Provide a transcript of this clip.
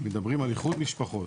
מדברים על איחוד משפחות,